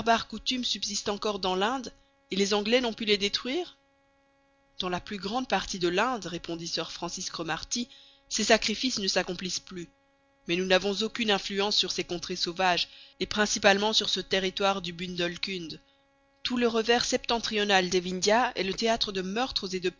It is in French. coutumes subsistent encore dans l'inde et les anglais n'ont pu les détruire dans la plus grande partie de l'inde répondit sir francis cromarty ces sacrifices ne s'accomplissent plus mais nous n'avons aucune influence sur ces contrées sauvages et principalement sur ce territoire du bundelkund tout le revers septentrional des vindhias est le théâtre de meurtres et de